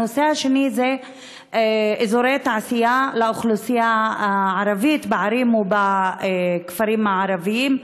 הנושא השני זה אזורי תעשייה לאוכלוסייה הערבית בערים ובכפרים הערביים.